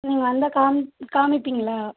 நீங்கள் வந்தால் காமிப் காமிப்பீங்ளா